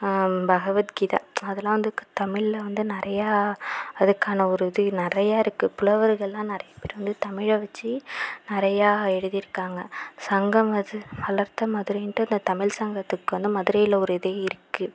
பகவத்கீதை அதுலாம் வந்து தமிழில் வந்து நிறைய அதுக்கான ஒரு இது நிறையா இருக்கு புலவர்கள்லாம் நிறைய பேர் வந்து தமிழை வச்சு நிறையா எழுதியிருக்காங்க சங்கம் அது வளர்த்த மதுரைன்ட்டு இந்த தமிழ் சங்கத்துக்கு வந்து மதுரையில் ஒரு இது இருக்கு